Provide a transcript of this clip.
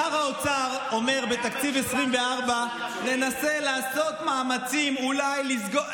שר האוצר אומר: בתקציב 2024 ננסה לעשות מאמצים אולי לסגור.